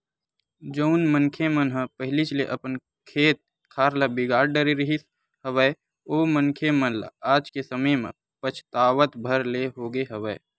जउन मनखे मन ह पहिलीच ले अपन खेत खार ल बिगाड़ डरे रिहिस हवय ओ मनखे मन ल आज के समे म पछतावत भर ले होगे हवय